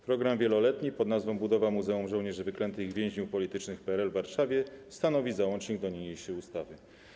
Program wieloletni pn. „Budowa Muzeum Żołnierzy Wyklętych i Więźniów Politycznych PRL w Warszawie” stanowi załącznik do niniejszej ustawy.